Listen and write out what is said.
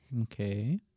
okay